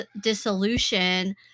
dissolution